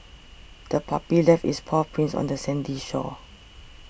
the puppy left its paw prints on the sandy shore